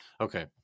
Okay